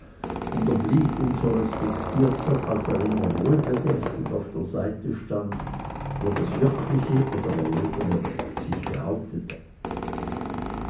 und er blieb um so respektierter als er immer wohlbedächtig auf der seite stand wo das wirkliche oder erlogene recht sich behauptete